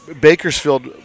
Bakersfield